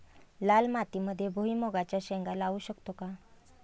लाल मातीमध्ये भुईमुगाच्या शेंगा लावू शकतो का?